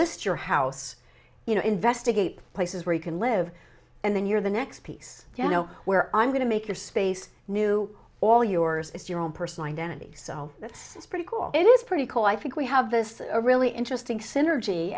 list your house you know investigate places where you can live and then your the next piece you know where i'm going to make your space new all yours is your own personal identity so that's pretty cool it is pretty cool i think we have this really